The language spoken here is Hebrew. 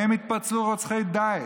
ומהם התפצלו רוצחי דאעש,